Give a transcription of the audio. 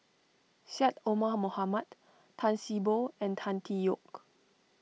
Syed Omar Mohamed Tan See Boo and Tan Tee Yoke